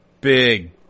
Big